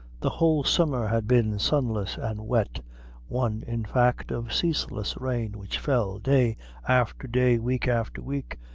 the whole summer had been sunless and wet one, in fact, of ceaseless rain which fell, day after day, week after week,